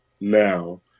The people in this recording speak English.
now